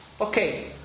Okay